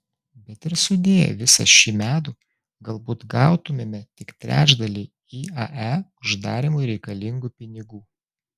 bet ir sudėję visą šį medų galbūt gautumėme tik trečdalį iae uždarymui reikalingų pinigų